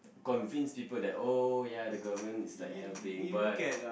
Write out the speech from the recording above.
convince people that oh ya the government is like helping but